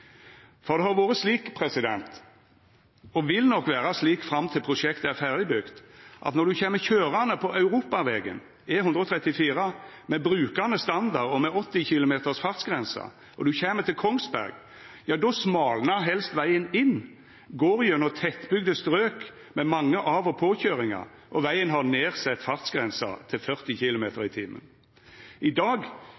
For det har vore slik – og vil nok vera slik fram til prosjektet er ferdig bygd – at når ein kjem køyrande på europavegen, E134, med brukande standard og med 80 km/t-fartsgrense, og ein kjem til Kongsberg, då smalnar helst vegen inn, går gjennom tettbygde strøk med mange av- og påkøyringar, og vegen har nedsett fartsgrense til 40